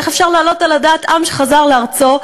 איך אפשר להעלות על הדעת עם שחזר לארצו,